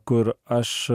kur aš